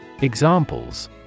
Examples